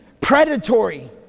predatory